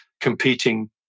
competing